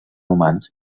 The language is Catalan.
humans